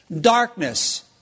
darkness